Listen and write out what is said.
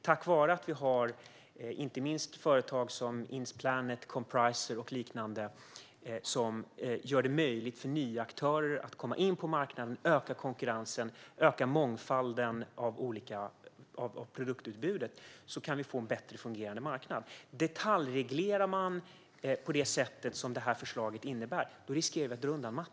Tack vare att vi har företag som Insplanet, Compricer och liknande, som gör det möjligt för nya aktörer att komma in på marknaden och öka konkurrensen och mångfalden i produktutbudet, kan vi få en bättre fungerande marknad. Detaljreglerar man på det sätt som detta förslag innebär riskerar man att dra undan mattan.